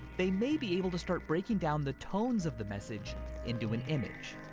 they may be able to start breaking down the tones of the message into an image.